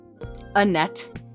Annette